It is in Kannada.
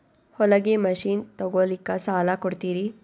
ಹೊಲಗಿ ಮಷಿನ್ ತೊಗೊಲಿಕ್ಕ ಸಾಲಾ ಕೊಡ್ತಿರಿ?